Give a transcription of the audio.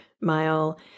mile